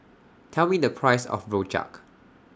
Tell Me The Price of Rojak